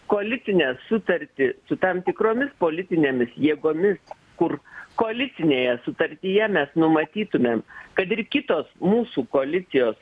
koalicinę sutartį su tam tikromis politinėmis jėgomis kur koalicinėje sutartyje mes numatytumėm kad ir kitos mūsų koalicijos